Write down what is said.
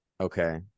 Okay